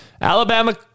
Alabama